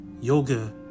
Yoga